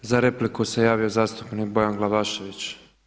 Za repliku se javio zastupnik Bojan Glavašević.